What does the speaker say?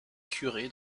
curé